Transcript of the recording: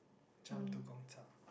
jump to Gong-Cha